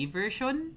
version